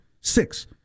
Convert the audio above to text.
six